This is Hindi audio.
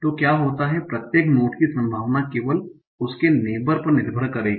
तो क्या होता है प्रत्येक नोड की संभावना केवल उसके नेबर पर निर्भर करेगी